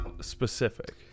specific